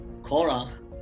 Korach